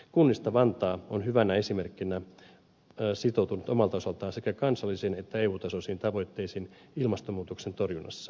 kunnista vantaa on hyvänä esimerkkinä sitoutunut omalta osaltaan sekä kansallisiin että eu tasoisiin tavoitteisiin ilmastonmuutoksen torjunnassa